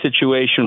situation